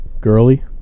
Girly